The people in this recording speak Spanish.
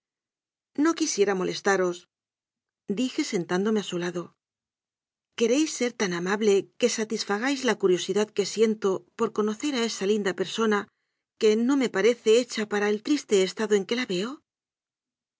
no quisiera molestarosdije sentándome a su lado queréis ser tan amable que satisfagáis la curiosidad que siento por conocer a esa linda per sona que no me parece hecha para el triste esta do en que la veo